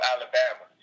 Alabama